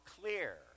clear